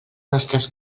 nostres